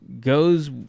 goes